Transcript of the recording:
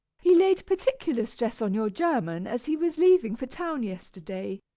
he laid particular stress on your german, as he was leaving for town yesterday.